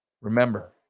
remember